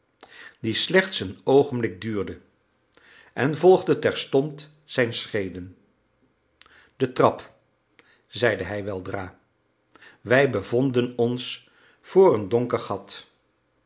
die slechts een oogenblik duurde en volgde terstond zijn schreden de trap zeide hij weldra wij bevonden ons voor een donker gat